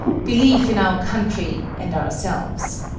belief in our country and ourselves.